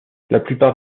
plupart